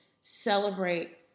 celebrate